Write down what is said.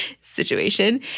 situation